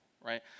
right